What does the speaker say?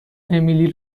امیلی